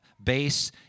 Base